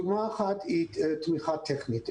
דוגמה אחת היא תמיכה טכנית.